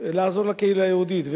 לעזור לקהילה היהודית.